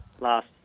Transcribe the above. last